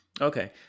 okay